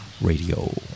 Radio